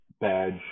badge